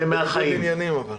זה מהחיים.